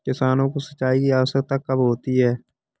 किसानों को सिंचाई की आवश्यकता कब होती है?